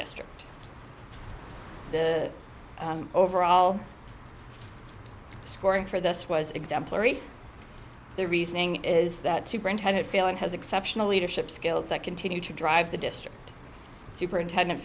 district the overall scoring for this was exemplary their reasoning is that superintendent failing has exceptional leadership skills that continue to drive the district superintendent